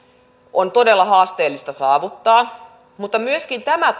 on todella haasteellista saavuttaa mutta tämä